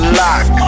lock